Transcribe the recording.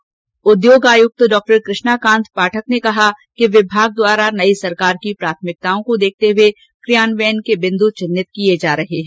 आयक्त उद्योग डॉ कृष्णा कांत पाठक ने कहा कि विभाग द्वारा नई सरकार की प्राथमिकताओं को देखते हुए कियान्वयन के बिंदु चिंहित किए जा रहे हैं